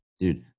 Dude